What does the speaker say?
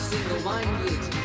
Single-minded